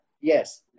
Yes